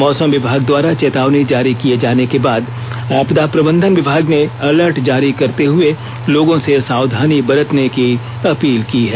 मौसम विभाग द्वारा चेतावनी जारी किए जाने के बाद आपदा प्रबंधन विभाग ने अलर्ट जारी करते हुए लोगों से सावधानी बरतने की अपील की है